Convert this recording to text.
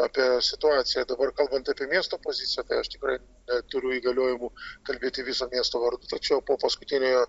apie situaciją dabar kalbant apie miesto poziciją tai aš tikrai neturiu įgaliojimų kalbėti viso miesto vardu tačiau po paskutiniojo